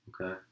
Okay